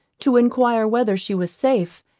to enquire whether she was safe,